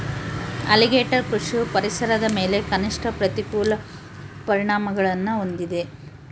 alligator ಕೃಷಿಯು ಪರಿಸರದ ಮೇಲೆ ಕನಿಷ್ಠ ಪ್ರತಿಕೂಲ ಪರಿಣಾಮಗುಳ್ನ ಹೊಂದಿದೆ